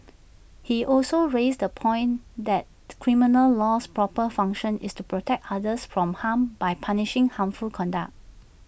he also raised the point that criminal law's proper function is to protect others from harm by punishing harmful conduct